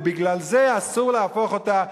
ובגלל זה אסור להפוך אותה,